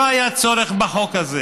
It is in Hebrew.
לא היה צורך בחוק הזה